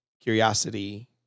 curiosity